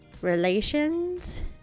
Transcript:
relations